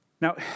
Now